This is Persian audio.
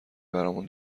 برامون